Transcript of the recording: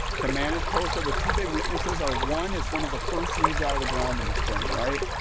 to manage kochia, the two big weaknesses are one, it's one of the first weeds out of the ground in the spring right?